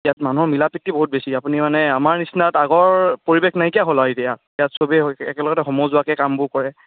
ইয়াত মানুহ মিলা প্ৰীতি বহুত বেছি আপুনি মানে আমাৰ নিচিনা আগৰ পৰিৱেশ নাইকিয়া হ'ল আৰু এতিয়া ইয়াত চবেই একেলগতে সমজুৱাকৈ কামবোৰ কৰে